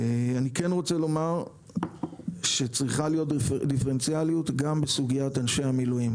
אני כן רוצה לומר שצריכה להיות דיפרנציאליות גם בסוגיית אנשי המילואים.